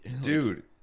dude